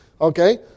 Okay